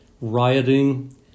rioting